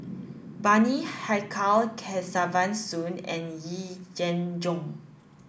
Bani Haykal Kesavan Soon and Yee Jenn Jong